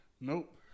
Nope